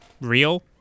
real